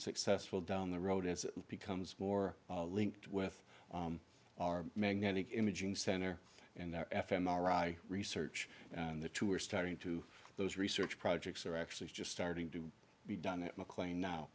successful down the road as it becomes more linked with our magnetic imaging center and the f m r i research and the two are starting to those research projects are actually just starting to be done at mclean now